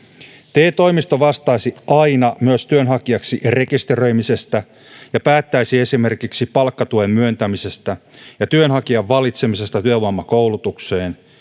te toimisto vastaisi aina myös työnhakijaksi rekisteröimisestä ja päättäisi esimerkiksi palkkatuen myöntämisestä ja työnhakijan valitsemisesta työvoimakoulutukseen